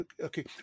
Okay